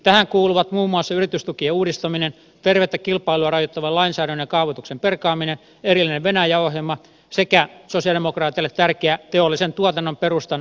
tähän kuuluvat muun muassa yritystukien uudistaminen tervettä kilpailua rajoittavan lainsäädännön ja kaavoituksen perkaaminen erillinen venäjä ohjelma sekä sosialidemokraateille tärkeä teollisen tuotannon perustan vahvistamisohjelma